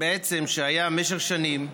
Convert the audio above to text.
בעצם, שהיה משך שנים,